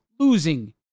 Losing